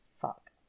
fuck